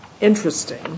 interesting